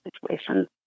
situation